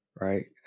right